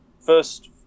First